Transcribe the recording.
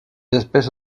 espèces